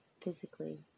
physically